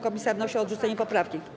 Komisja wnosi o odrzucenie poprawki.